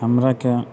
हमराके